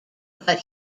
but